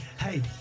hey